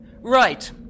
Right